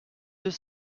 deux